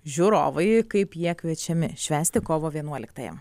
žiūrovai kaip jie kviečiami švęsti kovo vienuoliktąją